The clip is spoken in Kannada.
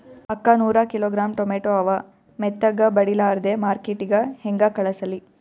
ಅಕ್ಕಾ ನೂರ ಕಿಲೋಗ್ರಾಂ ಟೊಮೇಟೊ ಅವ, ಮೆತ್ತಗಬಡಿಲಾರ್ದೆ ಮಾರ್ಕಿಟಗೆ ಹೆಂಗ ಕಳಸಲಿ?